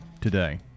today